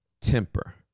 temper